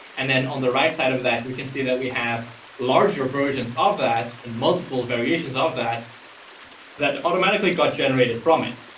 and then on the right side of that we can see that we have larger versions of that and multiple variations of that that automatically got generated from it.